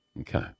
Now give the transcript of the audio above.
Okay